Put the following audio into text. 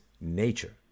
nature